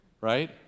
right